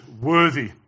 worthy